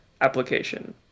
application